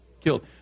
Killed